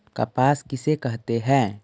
कपास किसे कहते हैं?